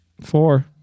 Four